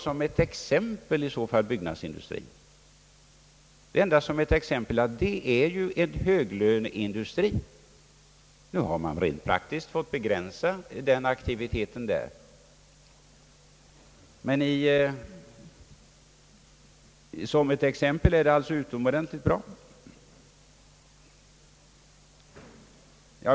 Som ett exempel nämnde jag byggnadsindustrien — endast som ett exempel. Det är ju en höglöneindustri, men där har man nu i praktiken fått begränsa aktiviteten. Som ett exempel är det alltså utomordentligt bra.